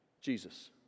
Jesus